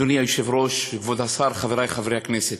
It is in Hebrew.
אדוני היושב-ראש, כבוד השר, חברי חברי הכנסת,